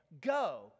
go